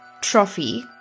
Trophy